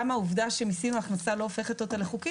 עיסוק לא חוקי